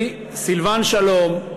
אני, סילבן שלום,